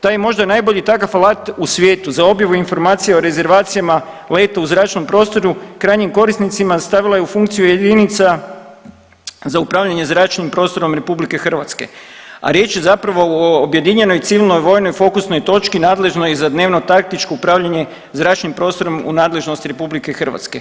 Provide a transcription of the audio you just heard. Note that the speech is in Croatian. To je možda najbolji takav alat u svijetu za objavu informacija o rezervacijama leta u zračnom prostoru krajnjim korisnicima stavila je u funkciju jedinica za upravljanje zračnim prostorom RH, a riječ je zapravo o objedinjenoj civilnoj i vojnoj fokusnoj točki nadležnoj i za dnevnotaktično upravljanje zračnim prostorom u nadležnosti RH.